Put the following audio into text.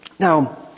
Now